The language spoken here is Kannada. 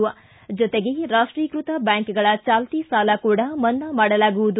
ಅದರ ಜೊತೆಗೆ ರಾಷ್ಷೀಕೃತ ಬ್ವಾಂಕುಗಳ ಜಾಲ್ತಿ ಸಾಲ ಕೂಡ ಮನ್ನಾ ಮಾಡಲಾಗುವುದು